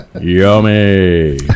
Yummy